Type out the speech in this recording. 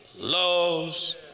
loves